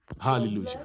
Hallelujah